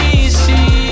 easy